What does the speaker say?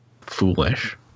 foolish